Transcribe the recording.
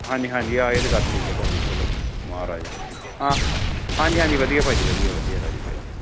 ਹਾਂਜੀ ਹਾਂਜੀ ਆ ਇਹ ਤਾਂ ਗੱਲ ਠੀਕ ਹੈ ਤੁਹਾਡੀ ਚਲੋ ਮਹਾਰਾਜ ਹਾਂ ਹਾਂਜੀ ਹਾਂਜੀ ਵਧੀਆ ਭਾਅ ਜੀ ਵਧੀਆ ਵਧੀਆ ਰਾਜੀ ਖੁਸ਼ੀ